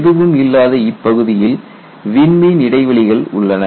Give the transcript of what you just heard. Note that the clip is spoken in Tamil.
எதுவும் இல்லாத இப்பகுதியில் விண்மீன் இடைவெளிகள் உள்ளன